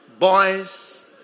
Boys